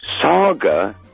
Saga